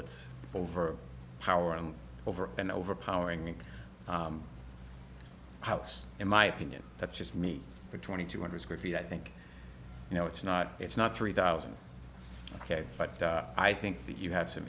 it's over power and over and over powering the house in my opinion that's just me for twenty two hundred square feet i think you know it's not it's not three thousand but i think that you have some